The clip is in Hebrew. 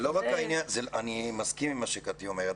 אני מסכים עם מה שקטי אומרת,